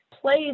plays